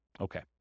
Okay